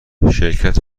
شرکت